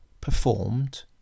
performed